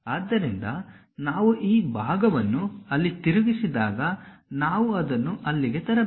ಆದ್ದರಿಂದ ನಾವು ಈ ಭಾಗವನ್ನು ಅಲ್ಲಿ ತಿರುಗಿಸಿದಾಗ ನಾವು ಅದನ್ನು ಅಲ್ಲಿಗೆ ತರಬೇಕು